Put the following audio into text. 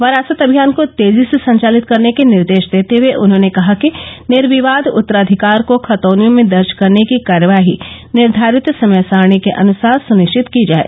वरासत अभियान को तेजी से संचालित करने के निर्देश देते हए उन्होंने कहा कि निर्विवाद उत्तराधिकार को खतौनियों में दर्ज करने की कार्यवाही निर्वारित समय सारणी के अनुसार सुनिश्चित की जाए